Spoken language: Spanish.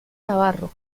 navarro